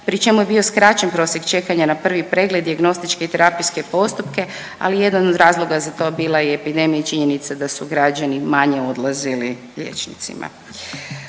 pri čemu je bio skraćen prosjek čekanja na prvi pregled, dijagnostičke i terapijske postupke, ali jedan od razlog za to bila je epidemija i činjenica da su građani manje odlazili liječnicima.